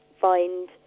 find